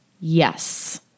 Yes